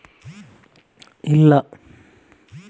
ಬಾಳೆಗೊನೆ ತೆಗೆಯಲು ಮಷೀನ್ ಇದೆಯಾ?